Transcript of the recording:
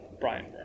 Brian